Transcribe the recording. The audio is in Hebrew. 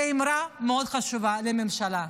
זה אמירה מאוד חשובה לממשלה: